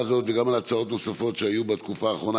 הזאת וגם על הצעות נוספות שהיו בתקופה האחרונה.